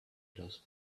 those